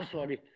Sorry